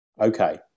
Okay